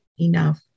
enough